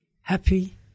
happy